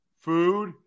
food